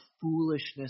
foolishness